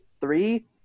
three